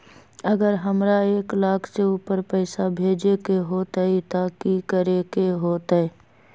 अगर हमरा एक लाख से ऊपर पैसा भेजे के होतई त की करेके होतय?